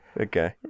okay